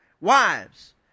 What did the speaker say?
Wives